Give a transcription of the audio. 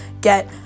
get